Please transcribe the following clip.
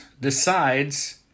decides